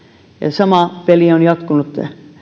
sama peli on jatkunut